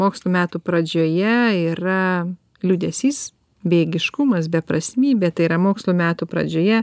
mokslo metų pradžioje yra liūdesys bejėgiškumas beprasmybė tai yra mokslo metų pradžioje